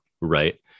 Right